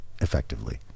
effectively